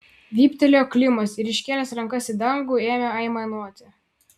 vyptelėjo klimas ir iškėlęs rankas į dangų ėmė aimanuoti